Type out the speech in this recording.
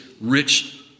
rich